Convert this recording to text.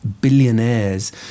billionaires